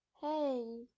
Hey